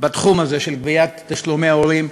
בתחום הזה של גביית תשלומי הורים.